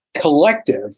collective